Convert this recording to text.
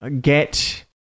get